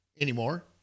anymore